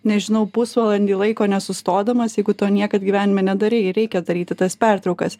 nežinau pusvalandį laiko nesustodamas jeigu to niekad gyvenime nedarei reikia daryti tas pertraukas